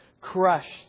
Crushed